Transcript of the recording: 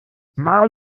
mal